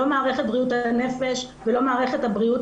לא מערכת בריאות הנפש ולא מערכת הבריאות